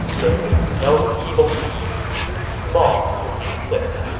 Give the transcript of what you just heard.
there is no evil deed too small to resist,